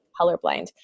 colorblind